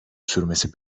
sürmesi